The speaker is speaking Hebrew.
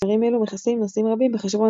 ספרים אלו מכסים נושאים רבים בחשבון